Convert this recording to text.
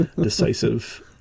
Decisive